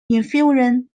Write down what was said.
infusion